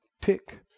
Tick